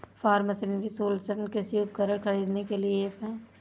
form machinery solution कृषि उपकरण खरीदने के लिए ऐप है